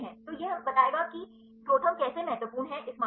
तो यह बताएगा किमें ProTherm कैसे महत्वपूर्ण है इस मामले